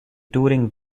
touring